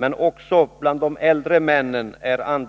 Andelen sysselsatta är också låg när det gäller